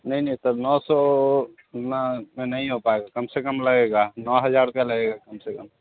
नहीं नहीं सर नौ सौ ना में नहीं हो पाएगा कम से कम लगेगा नौ हज़ार रुपये लगेगा कम से कम